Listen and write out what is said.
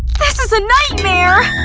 this is a nightmare!